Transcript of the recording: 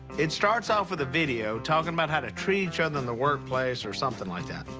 it starts off with a video talking about how to treat each other in the workplace or something like that.